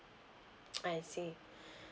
I see